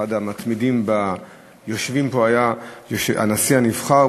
אחד המתמידים ביושבים פה היה הנשיא הנבחר,